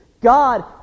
God